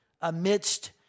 amidst